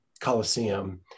Coliseum